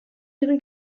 ihren